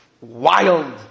wild